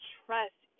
trust